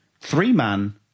Three-man